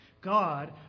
God